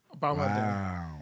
Wow